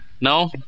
No